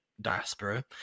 diaspora